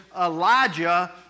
Elijah